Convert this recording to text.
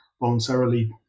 voluntarily